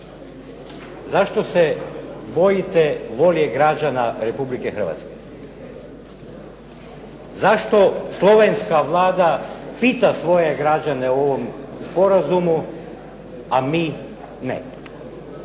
Zašto se bojite volje građana RH? Zašto slovenska Vlada pita svoje građane o ovom sporazumu, a mi ne?